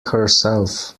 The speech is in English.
herself